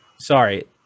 Sorry